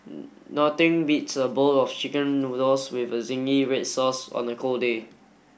nothing beats a bowl of chicken noodles with a zingy red sauce on a cold day